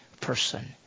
person